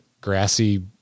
grassy